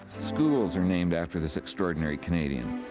schools are named after this extraordinary canadian.